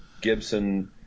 Gibson